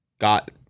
got